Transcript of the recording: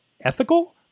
ethical